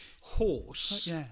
horse